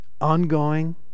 ongoing